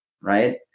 right